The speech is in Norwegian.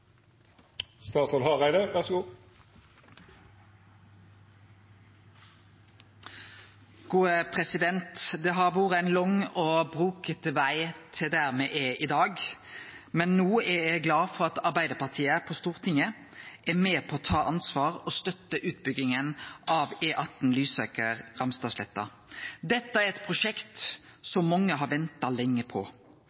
i dag, men no er eg glad for at Arbeidarpartiet på Stortinget er med på å ta ansvar og støttar utbygginga av E18 Lysaker–Ramstadsletta. Dette er eit prosjekt